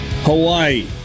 Hawaii